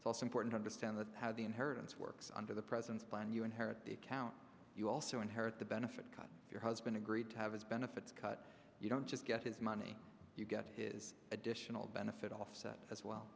it's also important understand how the inheritance works under the president's plan you inherit the account you also inherit the benefit cut your husband agreed to have his benefits cut you don't just get his money you get his additional benefit offset as well